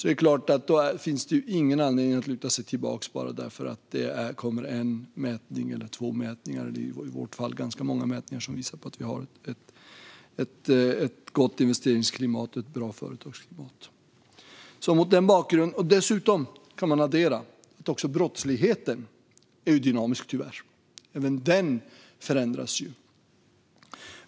Det finns ingen anledning att luta oss tillbaka bara för att det kommer en mätning eller två eller i vårt fall ganska många mätningar som visar att vi har ett gott investeringsklimat och ett bra företagsklimat. Vi kan dessutom addera att också brottsligheten tyvärr är dynamisk. Även den förändras.